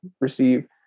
receive